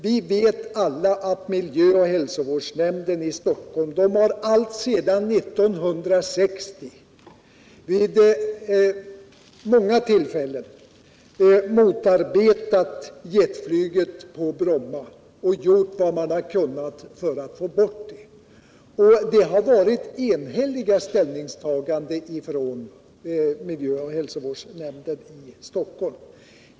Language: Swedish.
Vi vet alla att miljöoch hälsovårdsnämnden i Stockholm alltsedan 1960 vid många tillfällen motarbetat jetflyget på Bromma och gjort vad den kunnat för att få bort det. Det har varit enhälliga ställningstaganden av miljöoch hälsovårdsnämnden i Stockholm.